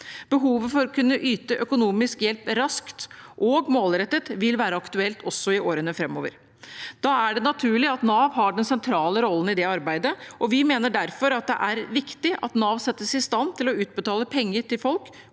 Behovet for å kunne yte økonomisk hjelp raskt og målrettet vil være aktuelt også i årene framover. Da er det naturlig at Nav har den sentrale rollen i det arbeidet. Vi mener derfor det er viktig at Nav settes i stand til å utbetale penger til folk